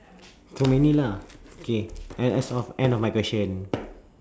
so many lah K and that's all end of my question